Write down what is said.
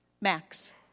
Max